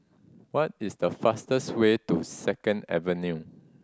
what is the fastest way to Second Avenue